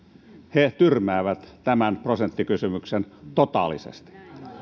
he tyrmäävät tämän prosenttikysymyksen totaalisesti minulla